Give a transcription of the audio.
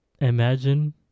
Imagine